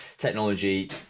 technology